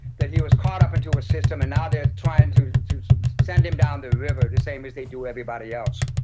that he was caught up into a system and now they are trying to to send him down the river, the same as they do everybody else.